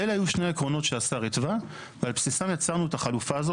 אלה היו שני העקרונות שעל בסיסם ייצרנו את החלופה הזו,